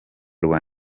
rwa